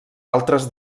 altres